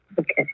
Okay